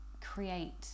create